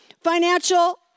financial